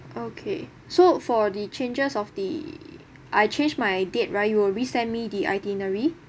okay so for the changes of the I change my date right you will resend me the itinerary